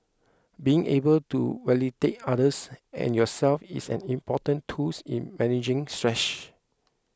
being able to validate others and yourself is an important tools in managing stress